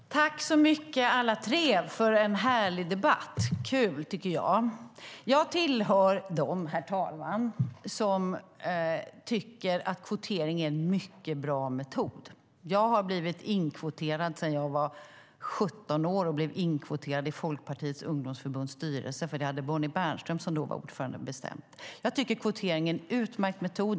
Herr talman! Tack så mycket alla tre för en härlig debatt! Jag tycker att det är kul. Herr talman! Jag tillhör dem som tycker att kvotering är en mycket bra metod. Jag har blivit inkvoterad sedan jag var 17 år och blev inkvoterad i Folkpartiets ungdomsförbunds styrelse, för det hade Bonnie Bernström som då var ordförande bestämt. Jag tycker att kvotering är en utmärkt metod.